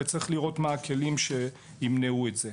וצריך לראות מה הכלים שימנעו את זה.